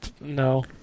No